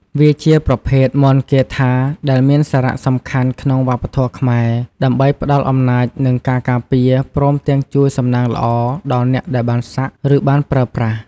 វាជាប្រភេទមន្តគាថា ដែលមានសារៈសំខាន់ក្នុងវប្បធម៌ខ្មែរ ដើម្បីផ្ដល់អំណាច និងការការពារ ព្រមទាំងជួយសំណាងល្អដល់អ្នកដែលបានសាក់ ឬបានប្រើប្រាស់។